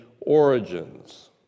origins